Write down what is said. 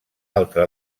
altra